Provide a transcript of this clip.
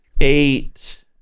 eight